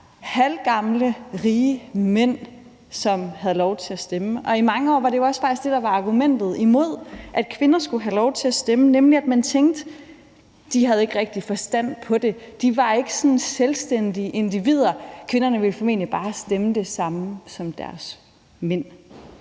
halvgamle, rige mænd, som havde lov til at stemme. I mange år var det jo også faktisk det, der var argumentet imod, at kvinder skulle have lov til at stemme. Man tænkte, at de ikke rigtig havde forstand på det; de var ikke sådan selvstændige individer, og de ville formentlig bare stemme det samme som deres mænd.